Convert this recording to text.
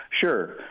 Sure